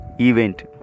event